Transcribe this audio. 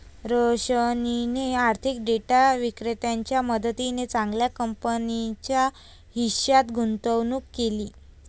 रोशनीने आर्थिक डेटा विक्रेत्याच्या मदतीने चांगल्या कंपनीच्या हिश्श्यात गुंतवणूक केली